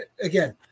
again